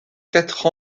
quatre